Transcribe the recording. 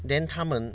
then 他们